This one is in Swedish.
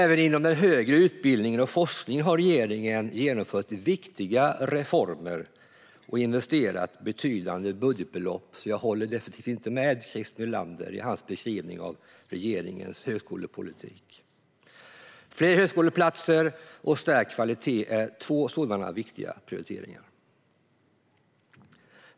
Även inom den högre utbildningen och forskningen har regeringen genomfört viktiga reformer och investerat betydande budgetbelopp - så jag håller definitivt inte med Christer Nylander i hans beskrivning av regeringens högskolepolitik. Fler högskoleplatser och stärkt kvalitet är två sådana viktiga prioriteringar.